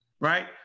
right